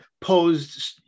posed